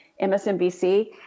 MSNBC